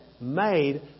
made